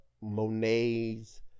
Monet's